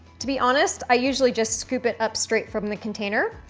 to be honest, i usually just scoop it up straight from the container.